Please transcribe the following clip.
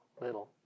little